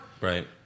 Right